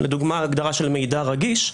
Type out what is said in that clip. לדוגמה ההגדרה של מידע רגיש,